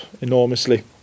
enormously